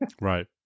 Right